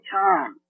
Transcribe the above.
time